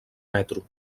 metro